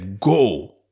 go